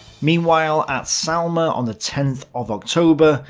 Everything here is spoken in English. meanwhile at salme ah on the tenth of october,